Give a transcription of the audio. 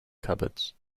cupboards